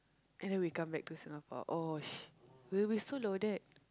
and then we come back to Singapore oh sh~ we'll be so loaded